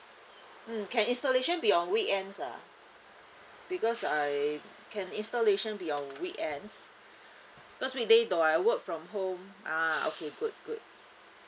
mm can installation be on weekends ah because I can installation be on weekends cause weekday though I work from home ah okay good good